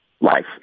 life